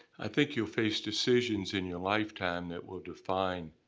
i think you'll face decisions in your lifetime that will define